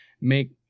make